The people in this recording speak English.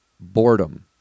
boredom